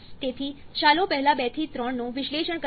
તેથી ચાલો પહેલા 2 થી 3 નું વિશ્લેષણ કરીએ